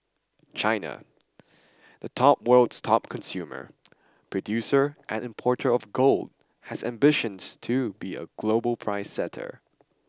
China the top world's top consumer producer and importer of gold has ambitions to be a global price setter